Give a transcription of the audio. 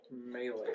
melee